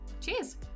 Cheers